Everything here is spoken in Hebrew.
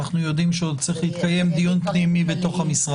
אנחנו יודעים שעוד צריך להתקיים דיון פנימי בתוך המשרד.